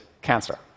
cancer